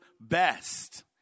best